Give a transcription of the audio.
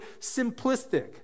simplistic